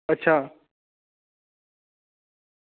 अच्छा